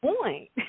point